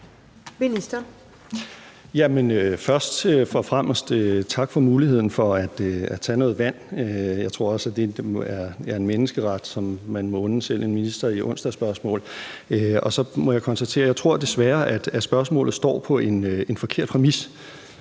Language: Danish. tak for muligheden for at tage noget vand. Jeg tror også, at det er en menneskeret, som man må unde selv en minister i spørgetiden. Så må jeg konstatere, at jeg desværre tror, at spørgsmålet står på en forkert præmis,